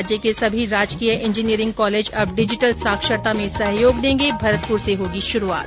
राज्य के सभी राजकीय इंजीनियरिंग कॉलेज अब डिजीटल साक्षरता में सहयोग देंगे भरतपुर से होगी शुरूआत